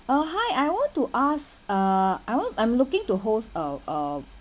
uh hi I want to ask uh I want I'm looking to host uh uh